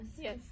yes